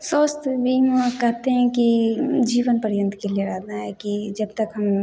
स्वास्थ बीमा कहते हैं कि जीवन पर्यंत के लिए रहना है कि जब तक हम